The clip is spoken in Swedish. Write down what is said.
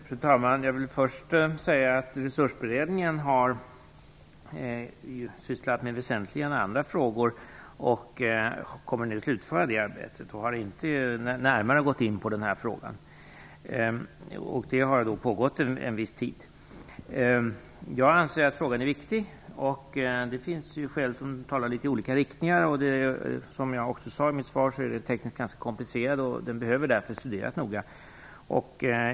Fru talman! Jag vill först säga att Resursberedningen har sysslat med väsentligen andra frågor och nu kommer att slutföra detta arbete. Den har inte närmare gått in på denna fråga. Dess arbete har pågått en viss tid. Jag anser att frågan är viktig, men det finns uppgifter som pekar i litet olika riktningar. Som jag sade i mitt svar är frågan tekniskt ganska komplicerad och behöver därför studeras noga.